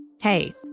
Hey